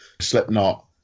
Slipknot